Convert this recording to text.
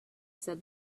said